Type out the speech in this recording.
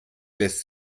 lässt